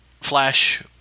Flash